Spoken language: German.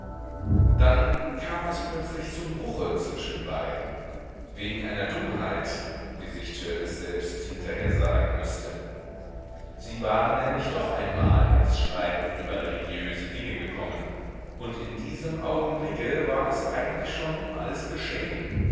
dann kam es plötzlich zum bruche zwischen beiden wegen einer dummheit wie sich törleß selbst hinterher sagen mußte sie waren nämlich doch einmal ins streiten über religiöse dinge gekommen und in diesem augenblicke war es eigentlich schon um alles geschehen